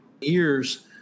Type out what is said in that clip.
years